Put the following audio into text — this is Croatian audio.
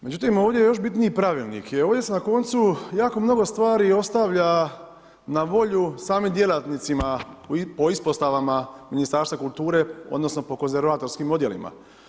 Međutim ovdje je još bitniji pravilnik i ovdje se na koncu jako mnogo stvari ostavlja na volju samim djelatnicima po ispostavama Ministarstva kulture, odnosno po konzervatorskim odjelima.